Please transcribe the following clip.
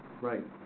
Right